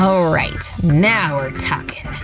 alright, now we're talkin'! oh